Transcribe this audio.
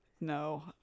no